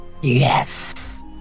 Yes